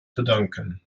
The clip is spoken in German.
bedanken